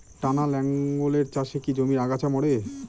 টানা লাঙ্গলের চাষে কি জমির আগাছা মরে?